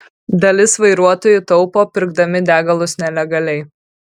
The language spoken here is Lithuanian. dalis vairuotojų taupo pirkdami degalus nelegaliai